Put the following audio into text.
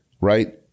right